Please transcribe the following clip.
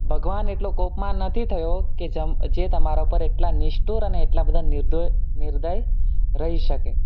ભગવાન એટલો કોપમાન નથી થયો કે જમ જે તમારા ઉપર એટલા નિષ્ઠુર અને એટલા બધા નિર્દો નિર્દય રહી શકે